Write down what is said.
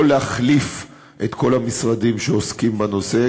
לא להחליף את כל המשרדים שעוסקים בנושא,